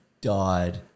Died